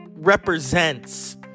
represents